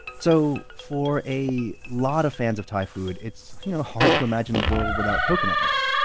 so for a lot of fans of thai food, it's hard to imagine a world without coconut milk.